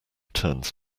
turns